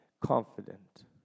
confident